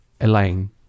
elaine